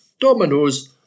Domino's